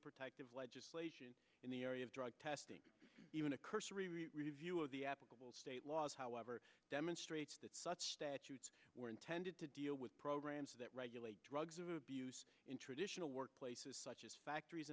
protective legislation in the area of drug testing even a cursory review of the applicable state laws however it demonstrates that such statutes were intended to deal with programs that regulate drugs of abuse in traditional workplaces such as factories